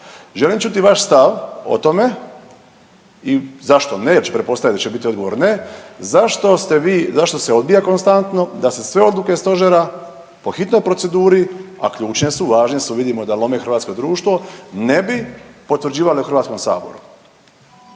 Želim čuti vaš stav o tome i zašto ne jer ću pretpostavit da će biti odgovor ne, zašto ste vi, zašto se odbija konstantno da se sve odluke stožera po hitnoj proceduri, a ključne su, važne su, vidimo da lome hrvatsko društvo ne bi potvrđivale u HS.